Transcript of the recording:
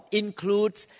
includes